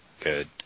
good